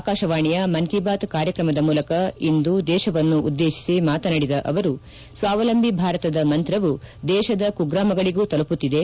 ಆಕಾಶವಾಣಿಯ ಮನ್ ಕೀ ಬಾತ್ ಕಾರ್ಯಕ್ರಮದ ಮೂಲಕ ಇಂದು ದೇಶವನ್ನುದ್ದೇಶಿಸಿ ಮಾತನಾಡಿದ ಅವರು ಸ್ವಾವಲಂಬಿ ಭಾರತದ ಮಂತ್ರವು ದೇಶದ ಕುಗ್ರಾಮಗಳಿಗೂ ತಲುಪುತ್ತಿದೆ